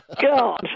God